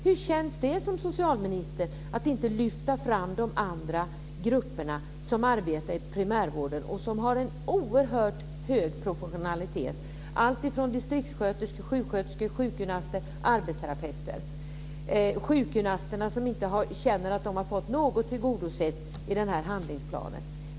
Hur känns det för en socialminister att inte lyfta fram de andra grupper som arbetar inom primärvården och som har en oerhört hög professionalitet? Det gäller hela vägen - distriktssköterskor, sjuksköterskor, sjukgymnaster och arbetsterapeuter. Sjukgymnasterna känner inte att de har fått någonting tillgodosett i den här handlingsplanen.